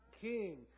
King